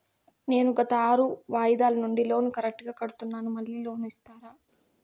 నేను గత ఆరు వాయిదాల నుండి లోను కరెక్టుగా కడ్తున్నాను, మళ్ళీ లోను ఇస్తారా?